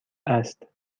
است